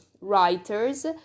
writers